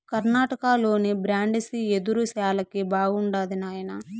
కర్ణాటకలోని బ్రాండిసి యెదురు శాలకి బాగుండాది నాయనా